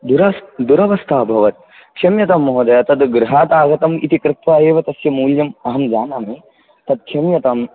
दुरवस्था अभवत् क्षम्यतां महोदय तद् गृहादागतम् इति कृत्वा एव तस्य मूल्यम् अहं जानामि तत् क्षम्यतां